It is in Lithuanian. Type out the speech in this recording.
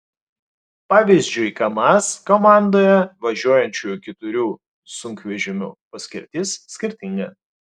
pavyzdžiui kamaz komandoje važiuojančių keturių sunkvežimių paskirtis skirtinga